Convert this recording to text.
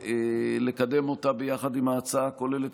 ולקדם אותה ביחד עם ההצעה הכוללת,